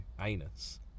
anus